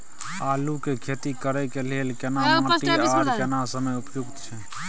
आलू के खेती करय के लेल केना माटी आर केना समय उपयुक्त छैय?